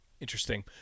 Interesting